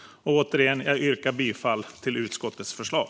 Återigen yrkar jag bifall till utskottets förslag.